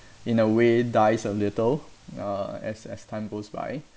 in a way dies a little uh as as time goes by